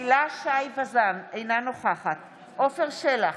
הילה שי וזאן, אינה נוכחת עפר שלח,